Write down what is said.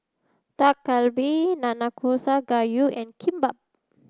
Dak Galbi Nanakusa Gayu and Kimbap